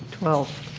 twelve.